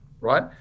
right